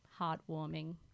heartwarming